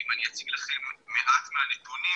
ואם אני אציג לכם מעט מהנתונים,